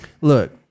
Look